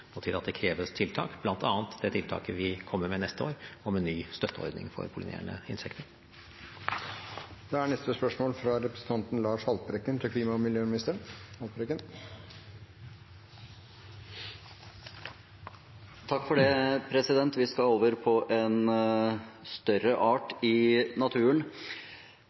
og til at det kreves tiltak, bl.a. det tiltaket vi kommer med neste år, om en ny støtteordning for pollinerende insekter. Vi går tilbake til spørsmål 5. Vi skal over til